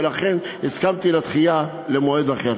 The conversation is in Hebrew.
ולכן הסכמתי לדחיית ההצבעה למועד אחר.